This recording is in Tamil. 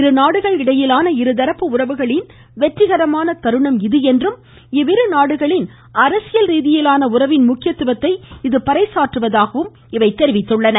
இரு நாடுகள் இடையிலான இருதரப்பு உறவுகளின் வெற்றிகரமான தருணம் இது என்றும் இவ்விரு நாடுகளின் அரசியல் ரீதியிலான உறவின் முக்கியத்துவத்தை இது பறைசாற்றுவதாகவும் இவை தெரிவித்துள்ளன